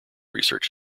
research